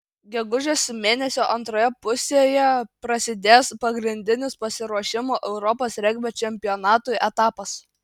gegužės mėnesio antroje pusėje prasidės pagrindinis pasiruošimo europos regbio čempionatui etapas